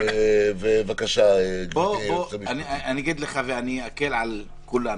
אני אגיד לך ואני אקל על כולנו.